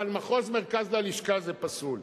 אבל מחוז מרכז ללשכה זה פסול.